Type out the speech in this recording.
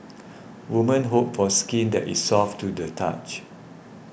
woman hope for skin that is soft to the touch